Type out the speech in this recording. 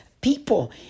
people